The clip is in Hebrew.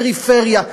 פריפריה,